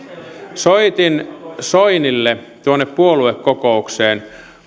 soitin soinille tuonne puoluekokoukseen